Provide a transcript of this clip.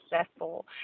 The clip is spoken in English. successful